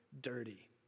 dirty